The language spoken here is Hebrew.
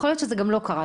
יכול להיות שזה גם לא קרה,